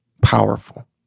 powerful